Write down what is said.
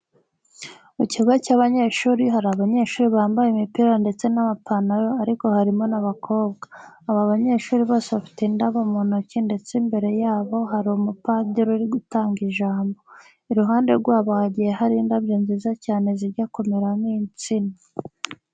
Mu kigo cy'amashuri hari abanyeshuri bambaye imipira ndetse n'amapantaro ariko harimo n'abakobwa. Aba banyeshuri bose bafite indabo mu ntoki ndetse imbere yabo hari umupadiri uri gutanga ijambo. Iruhande rwabo hagiye hari indabyo nziza cyane zijya kumera nk'insina.